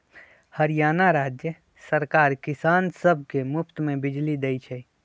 हरियाणा राज्य सरकार किसान सब के मुफ्त में बिजली देई छई